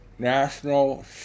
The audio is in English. National